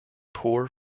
poor